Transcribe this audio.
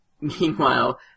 meanwhile